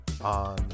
on